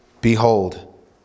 Behold